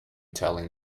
telling